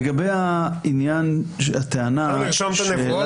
לגבי הנקודה האחרונה שהעלה